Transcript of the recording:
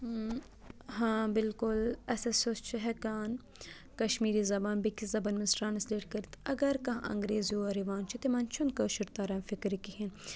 ہاں بِلکُل اَسہِ ہسا چھُ ہٮ۪کان کَشمیٖری زبان بیٚیہِ کِس زبانہِ منٛز ٹرٛانَسلیٹ کٔرِتھ اَگر کانٛہہ انٛگریز یور یِوان چھُ تِمَن چھُنہٕ کٲشُر تَران فِکرِ کِہیٖنۍ